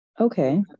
Okay